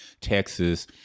Texas